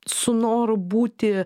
su noru būti